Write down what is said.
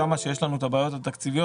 ששם יש לנו את הבעיות התקציביות,